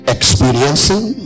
Experiencing